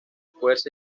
fuerza